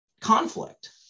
conflict